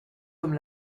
comme